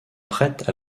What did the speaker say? prête